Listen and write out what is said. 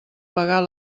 pagar